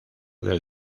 del